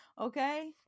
okay